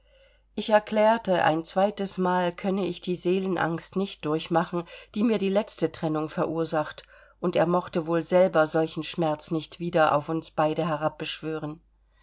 ich erklärte ein zweites mal könne ich die seelenangst nicht durchmachen die mir die letzte trennung verursacht und er mochte wohl selber solchen schmerz nicht wieder auf uns beide